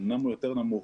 אומנם הוא יותר נמוך,